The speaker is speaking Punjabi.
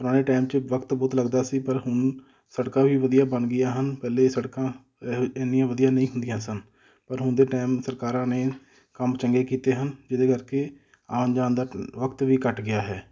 ਪੁਰਾਣੇ ਟਾਈਮ 'ਚ ਵਕਤ ਬਹੁਤ ਲੱਗਦਾ ਸੀ ਪਰ ਹੁਣ ਸੜਕਾਂ ਵੀ ਵਧੀਆ ਬਣ ਗਈਆਂ ਹਨ ਪਹਿਲੇ ਸੜਕਾਂ ਇਹੋ ਇੰਨੀਆਂ ਵਧੀਆਂ ਨਹੀਂ ਹੁੰਦੀਆਂ ਸਨ ਪਰ ਹੁਣ ਦੇ ਟਾਈਮ ਸਰਕਾਰਾਂ ਨੇ ਕੰਮ ਚੰਗੇ ਕੀਤੇ ਹਨ ਜਿਹਦੇ ਕਰਕੇ ਆਉਣ ਜਾਣ ਦਾ ਵਕਤ ਵੀ ਘੱਟ ਗਿਆ ਹੈ